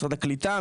משרד הקליטה,